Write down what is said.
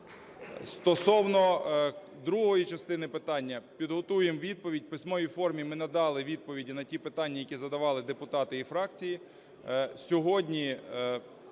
Стосовно другої частини питання. Підготуємо відповідь. У письмовій формі ми надали відповіді на ті питання, які задавали депутати і фракції.